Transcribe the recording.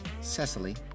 Cecily